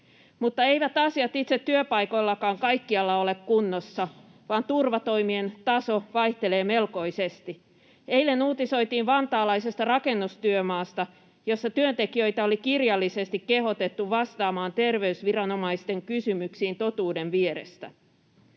Mutta eivät asiat itse työpaikoillakaan kaikkialla ole kunnossa, vaan turvatoimien taso vaihtelee melkoisesti. Eilen uutisoitiin vantaalaisesta rakennustyömaasta, jossa työntekijöitä oli kirjallisesti kehotettu vastaamaan terveysviranomaisten kysymyksiin totuuden vierestä.